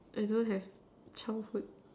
I don't know childhood